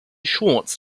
schwartz